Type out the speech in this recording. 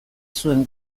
zuen